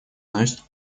наносит